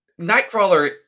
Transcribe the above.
Nightcrawler